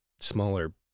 smaller